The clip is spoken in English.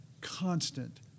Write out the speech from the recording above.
constant